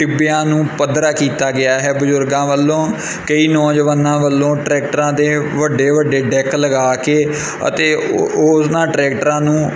ਟਿੱਬਿਆਂ ਨੂੰ ਪੱਧਰਾ ਕੀਤਾ ਗਿਆ ਹੈ ਬਜ਼ੁਰਗਾਂ ਵੱਲੋਂ ਕਈ ਨੌਜਵਾਨਾਂ ਵੱਲੋਂ ਟਰੈਕਟਰਾਂ 'ਤੇ ਵੱਡੇ ਵੱਡੇ ਡੈੱਕ ਲਗਾ ਕੇ ਅਤੇ ਉਹ ਉਹਨਾਂ ਟਰੈਕਟਰਾਂ ਨੂੰ